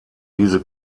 diese